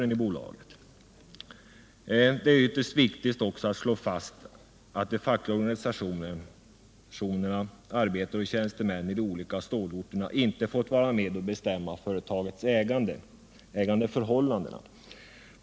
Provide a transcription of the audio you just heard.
Det är vidare ytterst viktigt att slå fast att de fackliga organisationerna, arbetare och tjänstemän i de olika stålorterna, inte fått vara med och bestämma företagets ägandeförhållande.